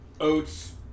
oats